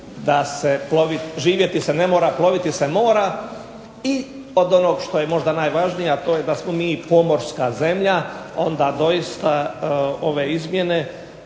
da se živjeti ne mora, ploviti se mora i od onog što je možda najvažnije to je da smo mi pomorska zemlja, onda doista ove izmjene